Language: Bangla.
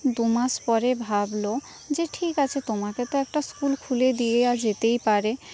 দু মাস পরে ভাবলো যে ঠিক আছে তোমাকে তো একটা স্কুল খুলে দেওয়া যেতেই পারে